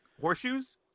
horseshoes